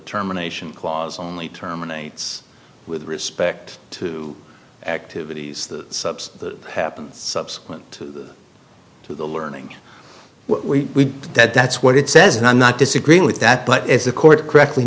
terminations clause only terminates with respect to activities that subs happens subsequent to the learning we that that's what it says and i'm not disagreeing with that but if the court correctly